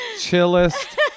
chillest